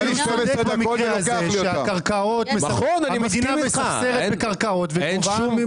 נתת לי 12 דקות ------ המדינה מספסרת בקרקעות וגובה --- נכון,